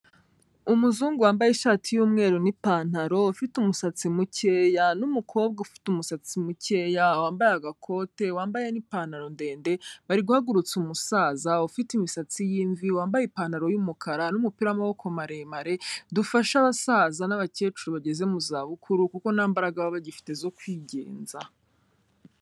Umuzungu wambaye ishati y'umweru n'ipantaro ufite umusatsi mukeya n'umukobwa ufite umusatsi mukeya wambaye agakote, wambaye n'ipantaro ndende bari guhagurutsa umusaza ufite imisatsi yimvi, wambaye ipantaro y'umukara n'umupira wamaboko maremare. Dufashe abasaza n'abakecuru bageze mu za bukuru kuko nta mbaraga baba bagifite zo kwigenza.